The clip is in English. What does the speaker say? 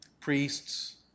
priests